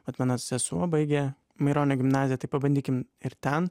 vat mano sesuo baigė maironio gimnaziją tai pabandykim ir ten